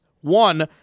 One